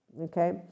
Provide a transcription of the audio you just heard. okay